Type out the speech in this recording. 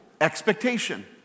expectation